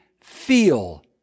feel